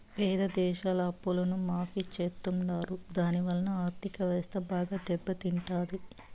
పేద దేశాల అప్పులను మాఫీ చెత్తుంటారు దాని వలన ఆర్ధిక వ్యవస్థ బాగా దెబ్బ తింటాది